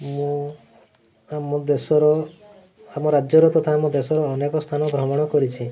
ମୁଁ ଆମ ଦେଶର ଆମ ରାଜ୍ୟର ତଥା ଆମ ଦେଶର ଅନେକ ସ୍ଥାନ ଭ୍ରମଣ କରିଛି